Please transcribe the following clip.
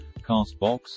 CastBox